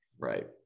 right